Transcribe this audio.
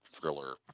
thriller